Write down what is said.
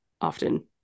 often